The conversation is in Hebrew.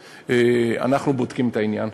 אנחנו בודקים את העניין.